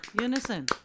unison